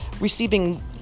receiving